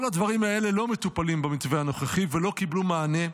כל הדברים האלה לא מטופלים במתווה הנוכחי ולא קיבלו מענה.